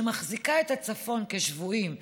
שמחזיקה את הצפון כשבויים,